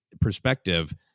perspective